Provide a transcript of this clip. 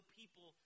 people